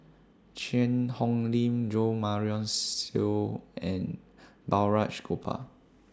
Cheang Hong Lim Jo Marion Seow and Balraj Gopal